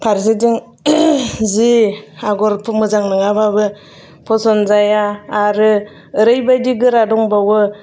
फारसेथिं जि आगरखौ मोजां नङाबाबो फसन जाया आरो ओरैबादि गोरा दंबावो